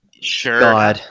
sure